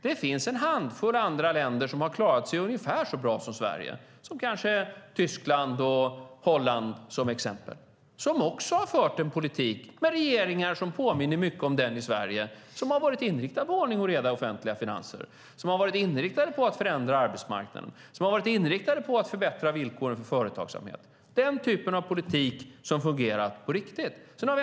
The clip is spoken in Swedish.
Det finns en handfull andra länder som har klarat sig ungefär lika bra som Sverige, till exempel Tyskland och Holland. De har också fört en politik med regeringar som påminner mycket om den i Sverige och som har varit inriktad på ordning och reda i offentliga finanser, på att förändra arbetsmarknaden och på att förbättra villkoren för företagsamhet. Det är en den typ av politik som fungerat på riktigt.